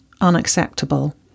unacceptable